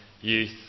youth